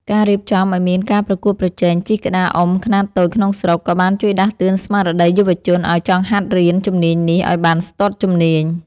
ការរៀបចំឱ្យមានការប្រកួតប្រជែងជិះក្តារអុំខ្នាតតូចក្នុងស្រុក ក៏បានជួយដាស់តឿនស្មារតីយុវជនឱ្យចង់ហាត់រៀនជំនាញនេះឱ្យបានស្ទាត់ជំនាញ។